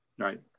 Right